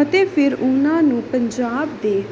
ਅਤੇ ਫਿਰ ਉਹਨਾਂ ਨੂੰ ਪੰਜਾਬ ਦੇ